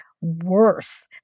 worth